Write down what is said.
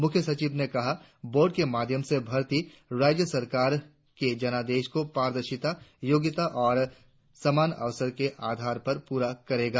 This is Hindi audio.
मुख्यसचिव ने कहा बोर्ड के माध्यम से भर्ति राज्य सरकार के जनादेश को पादर्शिता योग्यता और सामान अवसर के आधार पर पूरा करेगा